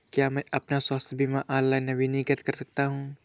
क्या मैं अपना स्वास्थ्य बीमा ऑनलाइन नवीनीकृत कर सकता हूँ?